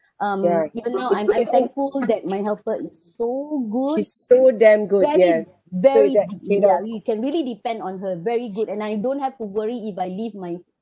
um even though I'm I'm thankful that my helper is so good very very good ya you can really depend on her very good and I don't have to worry if I leave my